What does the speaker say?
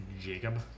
Jacob